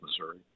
Missouri